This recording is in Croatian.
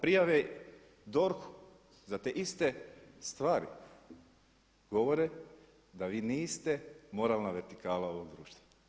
Prijave DORH-u za te iste stvari govore da vi niste moralna vertikala ovog društva.